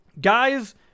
guys